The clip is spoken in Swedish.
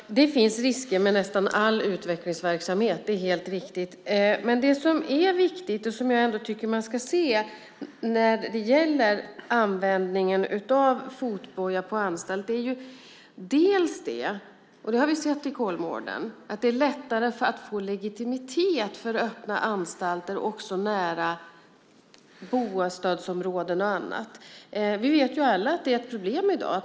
Herr talman! Det finns risker med nästan all utvecklingsverksamhet; det är helt riktigt. Men det som är viktigt och som jag tycker att man ska se när det gäller användningen av fotboja på anstalt är att det är lättare att få legitimitet för öppna anstalter också nära bostadsområden och annat. Det har vi sett när det gäller Kolmården. Vi vet alla att det här är ett problem i dag.